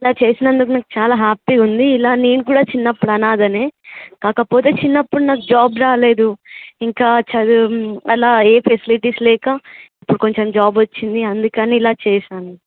ఇలా చేసినందుకు నాకు చాలా హ్యాపీగా ఉంది ఇలా నేను కూడా చిన్నప్పుడు అనాథ కాకపోతే చిన్నప్పుడు నాకు జాబ్ రాలేదు ఇంకా చదువు అలా ఏ ఫెసిలిటీస్ లేక ఇప్పుడు కొంచెం జాబ్ వచ్చింది అందుకని ఇలా చేసాను